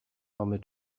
mamy